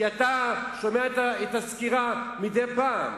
כי אתה שומע את הסקירה מדי פעם.